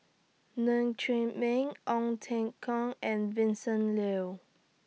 Ng Chee Meng Ong Teng Cheong and Vincent Leow